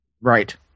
Right